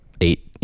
eight